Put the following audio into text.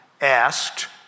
asked